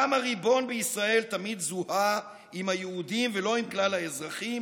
גם הריבון בישראל תמיד זוהה עם היהודים ולא עם כלל האזרחים,